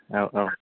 औ औ